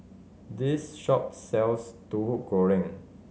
this shop sells Tahu Goreng